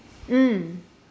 mm